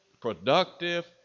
productive